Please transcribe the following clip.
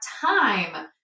time